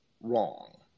wrong